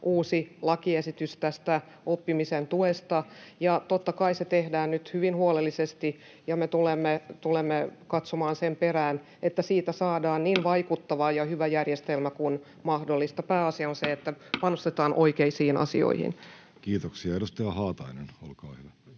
uusi lakiesitys tästä oppimisen tuesta, ja totta kai se tehdään nyt hyvin huolellisesti, ja me tulemme katsomaan sen perään, että siitä saadaan niin vaikuttava ja hyvä järjestelmä kuin mahdollista. Pääasia on se, että panostetaan oikeisiin asioihin. Kiitoksia. — Edustaja Haatainen, olkaa hyvä.